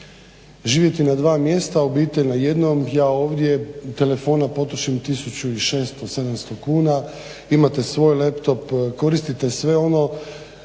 Živjeti na dva mjesta, obitelj na jednom, ja ovdje, telefona potrošim 1600, 1700 kuna, imate svoj laptop, koristite sve ono